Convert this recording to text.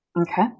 Okay